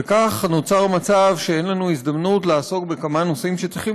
וכך נוצר מצב שאין לנו הזדמנות לעסוק בכמה נושאים שצריכים